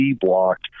blocked